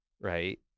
right